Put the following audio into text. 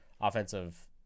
offensive